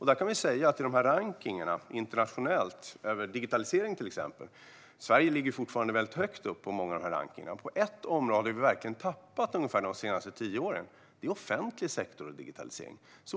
I rankningarna internationellt över till exempel digitalisering ligger Sverige fortfarande väldigt högt upp på många av rankningarna. På ett område har vi verkligen tappat ungefär de senaste tio åren. Det är offentlig sektor och digitalisering.